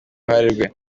ruhare